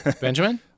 Benjamin